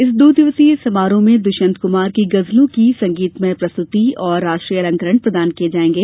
इस दो दिवसीय समारोह में दुष्यंत कुमार की गजलों की संगीतमय प्रस्तुति और राष्ट्रीय अलंकरण प्रदान किये जायेंगे